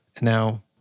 now